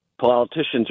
politicians